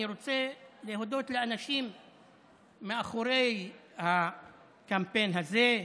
אני רוצה להודות לאנשים מאחורי הקמפיין הזה,